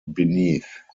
beneath